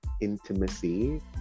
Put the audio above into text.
intimacy